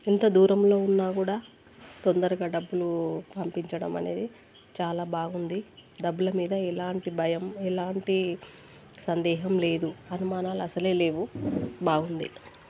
ఎంత దూరంలో ఉన్న కూడా తొందరగా డబ్బులు పంపించడం అనేది చాలా బాగుంది డబ్బుల మీద ఎలాంటి భయం ఎలాంటి సందేహం లేదు అనుమానాలు అసలే లేవు బాగుంది